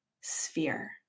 sphere